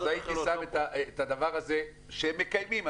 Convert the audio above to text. הייתי שם את הדבר הזה שהם מקיימים ממילא.